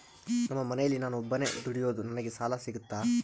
ನಮ್ಮ ಮನೆಯಲ್ಲಿ ನಾನು ಒಬ್ಬನೇ ದುಡಿಯೋದು ನನಗೆ ಸಾಲ ಸಿಗುತ್ತಾ?